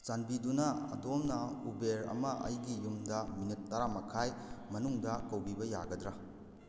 ꯆꯥꯟꯕꯤꯗꯨꯅ ꯑꯗꯣꯝꯅ ꯎꯕꯦꯔ ꯑꯃ ꯑꯩꯒꯤ ꯌꯨꯝꯗ ꯃꯤꯅꯠ ꯇꯔꯥꯃꯈꯥꯏ ꯃꯅꯨꯡꯗ ꯀꯧꯕꯤꯕ ꯌꯥꯒꯗ꯭ꯔꯥ